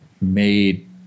made